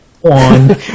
one